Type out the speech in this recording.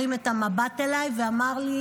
הרים את המבט אליי ואמר לי: